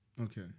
okay